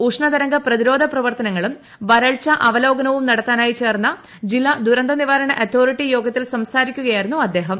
ഉഷ്ണ തരംഗ പ്രതിരോധ പ്രവർത്തനങ്ങളും വരൾച്ച അവലോകനവും നടത്താനായി ചേർന്ന ജില്ലാ ദുരന്ത നിവാരണ അതോറിറ്റി യോഗത്തിൽ സംസാരിക്കുകയായിരുന്നു അദ്ദേഹം